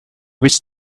witch